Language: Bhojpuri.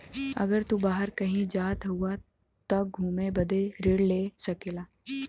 अगर तू बाहर कही जात हउआ त घुमे बदे ऋण ले सकेला